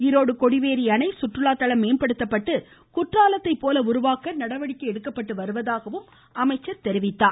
ஈரோடு கொடிவேரி அணை சுற்றுலா தளம் மேம்படுத்தப்பட்டு குற்றாலத்தை போல உருவாக்க நடவடிக்கை எடுக்கப்பட்டு வருவதாக குறிப்பிட்டார்